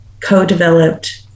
co-developed